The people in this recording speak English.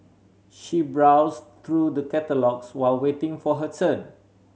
she browsed through the catalogues while waiting for her turn